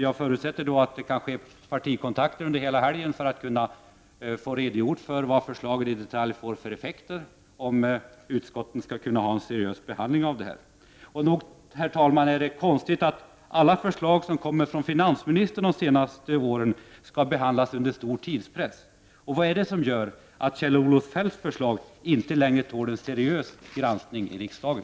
Jag förutsätter då att det kan ske partikontakter över hela helgen för att man skall kunna få en redogörelse för vad förslagen i detalj får för effekter, så att utskotten skall kunna göra en seriös behandling. Nog är det egendomligt, herr talman, att alla förslag som kommit från finansministern de senaste åren skall behandlas under stor tidspress. Och vad är det som gör att Kjell-Olof Feldts förslag inte längre tål en seriös granskning i riksdagen?